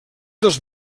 dels